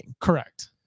Correct